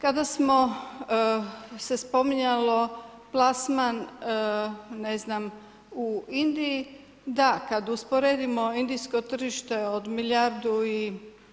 Kada smo se spominjalo plasman, ne znam u Indiji, da, kad usporedimo Indijsko tržište od milijardu